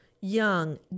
young